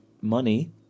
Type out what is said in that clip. money